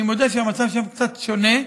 אני מודה שהמצב שם קצת שונה,